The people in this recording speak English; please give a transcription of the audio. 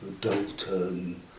Dalton